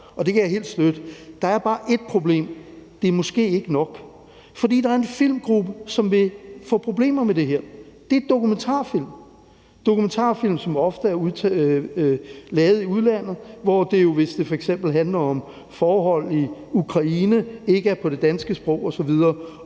og det kan jeg helt støtte. Der er bare ét problem: Det er måske ikke nok. For der er en filmgruppe, som vil få problemer med det her, og det er dokumentarfilm; dokumentarfilm, som ofte er lavet i udlandet, hvor det jo, hvis det f.eks. handler om forhold i Ukraine, ikke er på det danske sprog osv.